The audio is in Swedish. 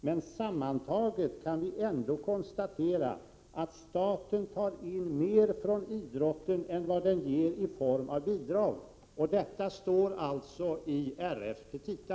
Men sammantaget kan vi ändå konstatera att staten tar in mer från idrotten än vad den ger i form av bidrag.” Detta står alltså i RF:s petita.